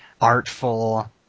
artful